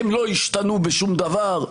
הם לא השתנו בשום דבר.